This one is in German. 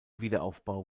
wiederaufbau